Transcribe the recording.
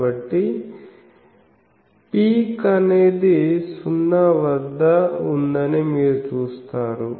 కాబట్టి పిక్అనేది 0 వద్ద ఉందని మీరు చూస్తారు